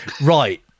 right